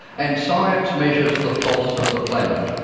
and science measures the pulse of the planet.